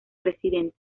presidente